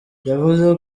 yavuze